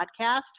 podcast